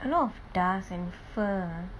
a lot of dust and fur ah